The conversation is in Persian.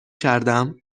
کردم